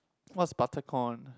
what's butter corn